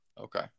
Okay